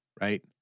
right